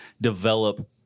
develop